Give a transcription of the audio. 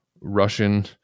Russian